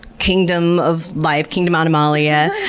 kingdom of life, kingdom animalia,